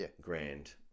grand